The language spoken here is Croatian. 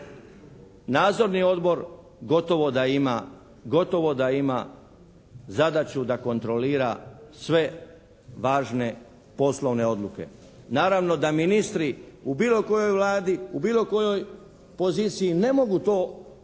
Nadzorni odbor gotovo da ima zadaću da kontrolira sve važne poslovne odluke. Naravno da ministri u bilo kojoj Vladi, u bilo kojoj poziciji ne mogu to prihvatiti,